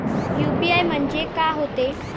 UPI म्हणजे का होते?